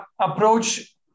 approach